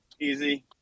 Easy